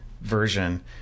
version